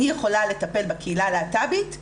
אני יכולה לטפל בקהילה הלהט"בית,